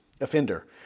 offender